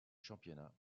championnat